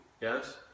yes